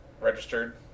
Registered